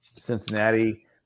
Cincinnati